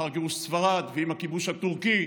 אחר גירוש ספרד ועם הכיבוש הטורקי,